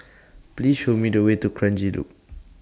Please Show Me The Way to Kranji Loop